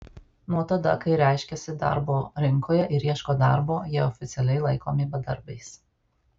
nuo tada kai reiškiasi darbo rinkoje ir ieško darbo jie oficialiai laikomi bedarbiais